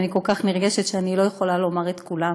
אני כל כך נרגשת שאני לא יכולה לומר את כולן,